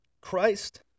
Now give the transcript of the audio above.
Christ